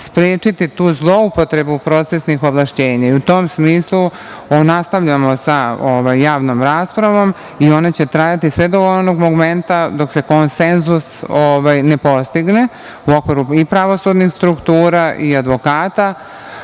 sprečiti tu zloupotrebu procesnih ovlašćenja. U tom smislu nastavljamo sa javnom raspravom i ona će trajati sve do onog momenta dok se konsenzus ne postigne u okviru i pravosudnih struktura i advokata.